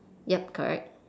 ya correct